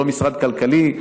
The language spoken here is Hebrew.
הוא לא משרד כלכלי,